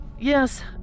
Yes